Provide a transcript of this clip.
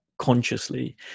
consciously